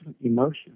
emotion